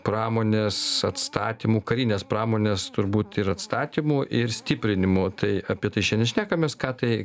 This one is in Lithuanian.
pramonės atstatymu karinės pramonės turbūt ir atstatymu ir stiprinimu tai apie tai šiandien šnekamės ką tai